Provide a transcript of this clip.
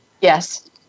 yes